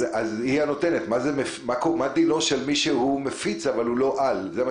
מה דינו של מי שהוא מפיץ אבל לא מפיץ-על?